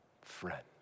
Friend